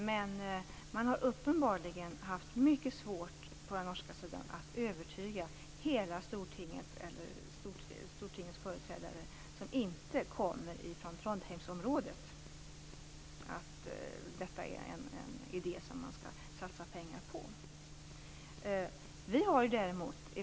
Men man har uppenbarligen haft mycket svårt på den norska sidan att övertyga de av Stortingets företrädare som inte kommer från Trondheimsområdet om att detta är en idé som man skall satsa pengar på.